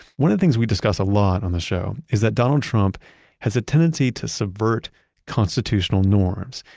one of the things we discuss a lot on the show is that donald trump has a tendency to subvert constitutional norms.